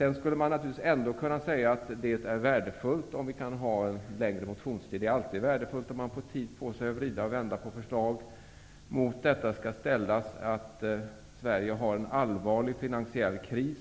Man skulle naturligtvis ändå kunna säga att det är värdefullt om vi kan ha längre motionstid. Det är alltid värdefullt att få tid på sig att vrida och vända på förslag. Mot detta skall ställas att Sverige har en allvarlig finansiell kris.